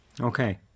Okay